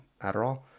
Adderall